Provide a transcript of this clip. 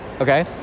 okay